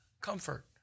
comfort